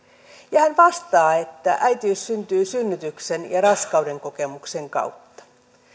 hän vastaa että äitiys syntyy synnytyksen ja raskauden kokemuksen kautta